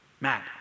Matt